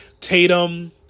Tatum